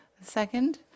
Second